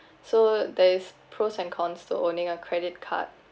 so there is pros and cons to owning a credit card